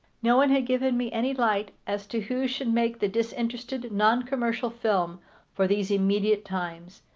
no one had given me any light as to who should make the disinterested, non-commercial film for these immediate times,